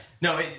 No